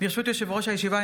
ברשות יושב-ראש הישיבה,